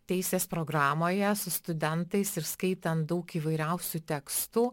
teisės programoje su studentais ir skaitant daug įvairiausių tekstų